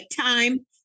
time